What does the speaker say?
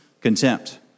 contempt